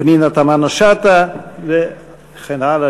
פנינה תמנו-שטה וכן הלאה,